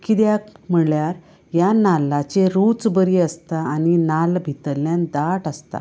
कित्याक म्हणल्यार ह्या नाल्लाचे रूच बरी आसता आनी नाल्ल भितल्ल्यान दाट आसता